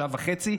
שעה וחצי,